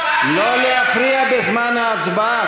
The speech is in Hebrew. לא להפריע בזמן ההצבעה.